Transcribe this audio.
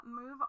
move